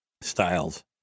styles